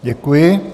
Děkuji.